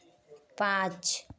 पाँच